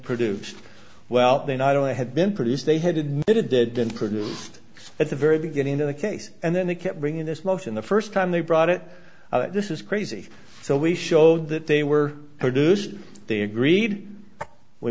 produced well they not only had been produced they had admitted did and produced at the very beginning of the case and then they kept bringing this motion the first time they brought it this is crazy so we showed that they were produced they agreed we